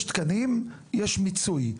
יש תקנים, יש מיצוי.